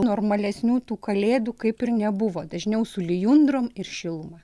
normalesnių tų kalėdų kaip ir nebuvo dažniau su lijundrom ir šiluma